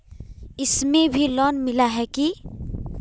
इसमें भी लोन मिला है की